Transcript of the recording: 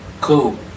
cool